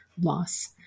loss